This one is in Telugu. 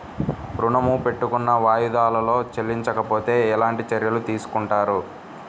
ఋణము పెట్టుకున్న వాయిదాలలో చెల్లించకపోతే ఎలాంటి చర్యలు తీసుకుంటారు?